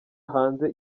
hanze